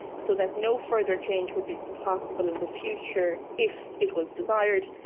so that no further change would be possible in the future if it was desired,